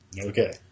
Okay